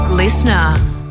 Listener